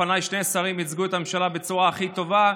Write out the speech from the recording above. לפניי שני שרים ייצגו את הממשלה בצורה הכי טובה.